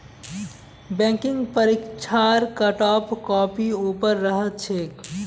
banking परीक्षार cutoff काफी ऊपर रह छेक